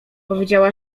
powiedziała